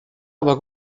aber